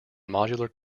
modular